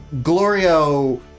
Glorio